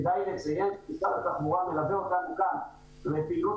כדאי לציין שמשרד התחבורה מלווה אותנו גם כאן לפעילות